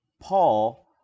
paul